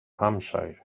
hampshire